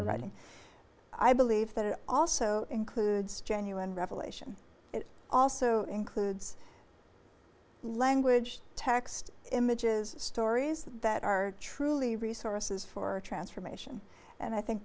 are writing i believe that it also includes genuine revelation it also includes language text images stories that are truly resources for transformation and i think